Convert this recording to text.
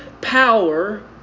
power